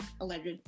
alleged